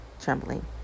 trembling